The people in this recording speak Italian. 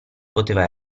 poteva